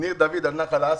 ניר דוד על נחל האסי.